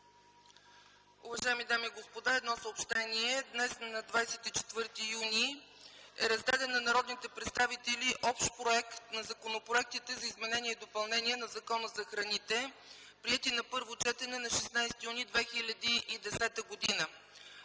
Уважаеми дами и господа, едно съобщение. Днес, на 24 юни 2010 г., на народните представители е раздаден Общ проект на законопроектите за изменение и допълнение на Закона за храните, приети на първо четене на 16 юни 2010 г.